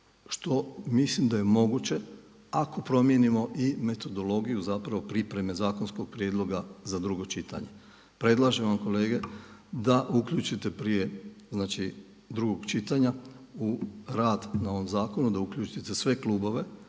što mislim da je moguće ako promijenimo i metodologiju zapravo pripreme zakonskog prijedloga za drugo čitanje. Predlažem vam kolege da uključite prije znači drugog čitanja u rad na ovom zakonu da uključite sve klubove,